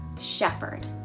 shepherd